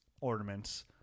ornaments